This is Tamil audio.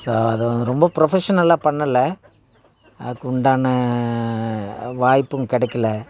ஸோ அது ரொம்ப ப்ரொஃபஷனலாக பண்ணலை அதுக்குண்டான வாய்ப்பும் கிடைக்கல